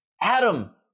Adam